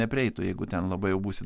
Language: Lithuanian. neprieitų jeigu ten labai jau būsi